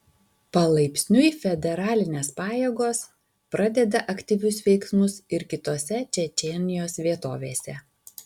palaipsniui federalinės pajėgos pradeda aktyvius veiksmus ir kitose čečėnijos vietovėse